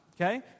okay